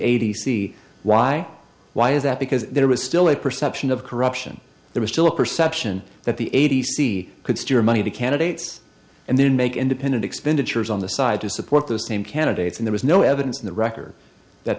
c why why is that because there was still a perception of corruption there was still a perception that the a t c could steer money to candidates and then make independent expenditures on the side to support those same candidates and there is no evidence in the record that